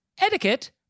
etiquette